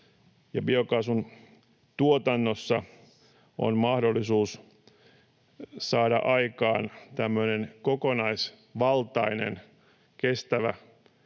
biokaasun tuotannossa on mahdollisuus saada aikaan tämmöinen kokonaisvaltainen kestävä